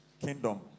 kingdom